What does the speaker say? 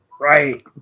right